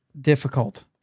difficult